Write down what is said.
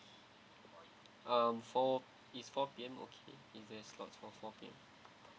um four is four P_M okay is there slots for four P_M